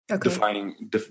defining